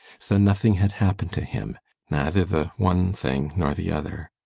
so nothing had happened to him neither the one thing nor the other.